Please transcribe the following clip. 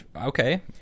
Okay